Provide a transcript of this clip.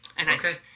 Okay